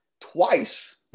twice